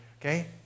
okay